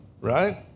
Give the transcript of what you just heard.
right